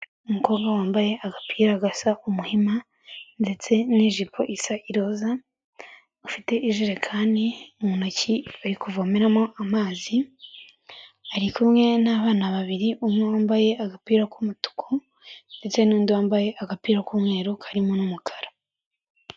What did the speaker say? Umukobwa wambaye agapira gasa umuhima ndetse n'ijipo isa iroza, afite ijerekani mu ntoki ari kuvomeramo amazi, ari kumwe n'abana babiri umwe wambaye agapira k'umutuku, ndetse n'undi wambaye agapira k'umweru karimo n'umukara.